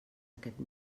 aquest